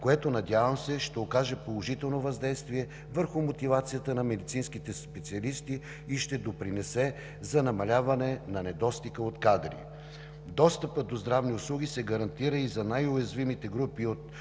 което, надявам се, ще окаже положително въздействие върху мотивацията на медицинските специалисти и ще допринесе за намаляване на недостига от кадри. Достъпът до здравни услуги се гарантира и за най-уязвимите групи от